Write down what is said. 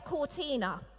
Cortina